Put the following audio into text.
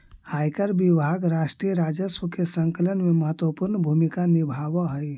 आयकर विभाग राष्ट्रीय राजस्व के संकलन में महत्वपूर्ण भूमिका निभावऽ हई